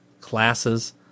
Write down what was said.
classes